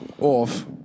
off